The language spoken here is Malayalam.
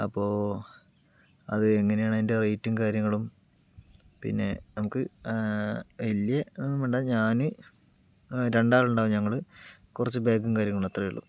അപ്പോൾ അത് എങ്ങനെയാണ് അതിൻ്റെ റേറ്റും കാര്യങ്ങളും പിന്നെ നമുക്ക് വലിയ ഇതൊന്നും വേണ്ട ഞാന് ആ രണ്ടാളുണ്ടാകും ഞങ്ങള് കുറച്ച് ബാഗും കാര്യങ്ങളും അത്രേ ഉള്ളൂ